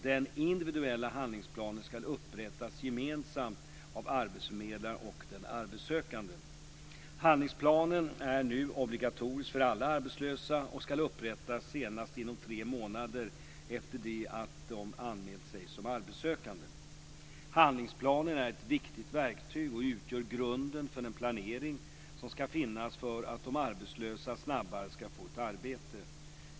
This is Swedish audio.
Den individuella handlingsplanen ska upprättas gemensamt av arbetsförmedlaren och den arbetssökande. Handlingsplanen är nu obligatorisk för alla arbetslösa och ska upprättas senast inom tre månader efter det att de anmält sig som arbetssökande. Handlingsplanen är ett viktigt verktyg och utgör grunden för den planering som ska finnas för att de arbetslösa snabbare ska få ett arbete.